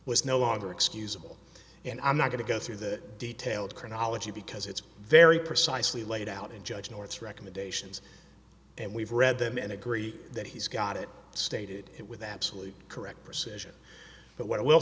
was no longer excusable and i'm not going to go through the details chronology because it's very precisely laid out in judge north's recommendations and we've read them and agree that he's got it stated it with absolute correct persuasion but what i will